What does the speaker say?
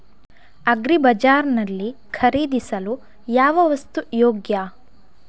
Agri Bazaar ನಲ್ಲಿ ಖರೀದಿಸಲು ಯಾವ ವಸ್ತು ಯೋಗ್ಯ?